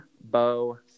Bo